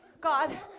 God